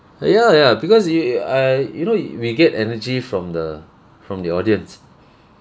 ya ya because you you I you know you we get energy from the from the audience